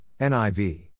NIV